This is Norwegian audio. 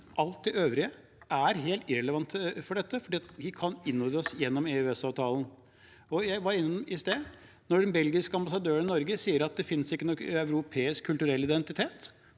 alt det øvrige er helt irrelevant for dette, for vi kan innordne oss gjennom EØS-avtalen. Som jeg var innom i sted: Den belgiske ambassadøren i Norge sier at det ikke finnes noe europeisk kulturell identitet,